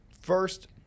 first